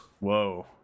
Whoa